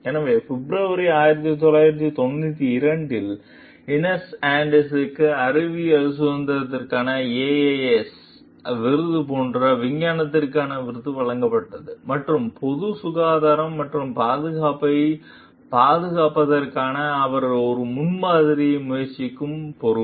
எனவே பிப்ரவரி 1992 இல் இனெஸ் ஆஸ்டினுக்கு அறிவியல் சுதந்திரத்திற்கான AAAS விருது போன்ற விஞ்ஞானத்திற்கான விருது வழங்கப்பட்டது மற்றும் பொது சுகாதாரம் மற்றும் பாதுகாப்பைப் பாதுகாப்பதற்கான அவரது முன்மாதிரியான முயற்சிக்கு பொறுப்பு